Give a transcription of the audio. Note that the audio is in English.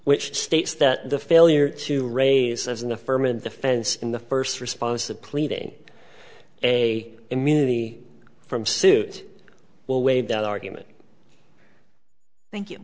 which states that the failure to raise as an affirmative defense in the first response the pleading a immunity from sued will waive that argument thank you